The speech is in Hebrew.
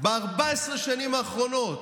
ב-14 השנים האחרונות,